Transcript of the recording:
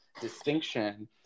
distinction